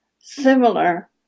similar